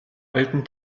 alten